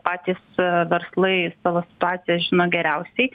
patys verslai savo situaciją žino geriausiai